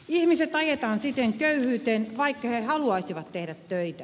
ihmiset ajetaan siten köyhyyteen vaikka he haluaisivat tehdä töitä